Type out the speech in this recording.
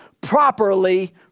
properly